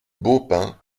baupin